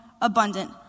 abundant